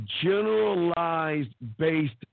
generalized-based